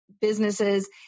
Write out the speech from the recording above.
businesses